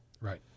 right